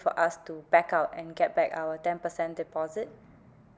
for us to back out and get back our ten percent deposit